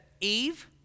Eve